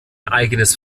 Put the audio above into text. eigenes